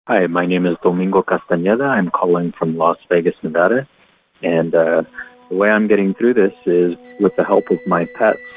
my name is domingo castaneda. i'm calling from las vegas, nev. but and the way i'm getting through this is with the help of my pets,